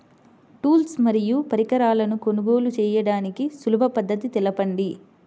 Tools మరియు పరికరాలను కొనుగోలు చేయడానికి సులభ పద్దతి తెలపండి?